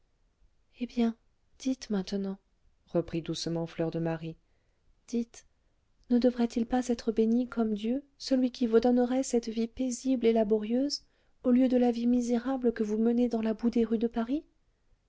eh bien dites maintenant reprit doucement fleur de marie dites ne devrait-il pas être béni comme dieu celui qui vous donnerait cette vie paisible et laborieuse au lieu de la vie misérable que vous menez dans la boue des rues de paris